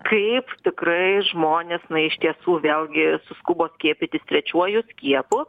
kaip tikrai žmonės na iš tiesų vėlgi suskubo skiepytis trečiuoju skiepu